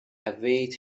await